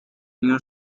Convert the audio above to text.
new